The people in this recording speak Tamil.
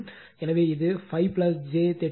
எனவே இது 5 j 31